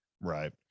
right